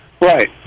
Right